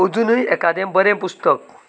अजुनूय एकादें बरें पुस्तक